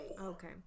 Okay